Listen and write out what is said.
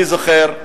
אני זוכר,